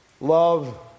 Love